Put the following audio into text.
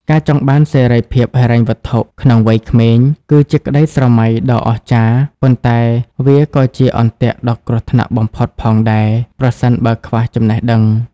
ការចង់បានសេរីភាពហិរញ្ញវត្ថុក្នុងវ័យក្មេង គឺជាក្តីស្រមៃដ៏អស្ចារ្យ ប៉ុន្តែវាក៏ជាអន្ទាក់ដ៏គ្រោះថ្នាក់បំផុតផងដែរ ប្រសិនបើខ្វះចំណេះដឹង។